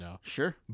Sure